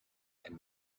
and